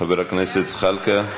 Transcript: חבר הכנסת זחאלקה,